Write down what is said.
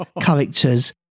characters